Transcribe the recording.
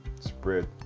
spread